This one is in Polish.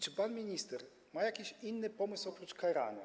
Czy pan minister ma jakiś inny pomysł oprócz karania?